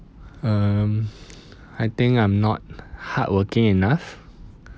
um I think I'm not hardworking enough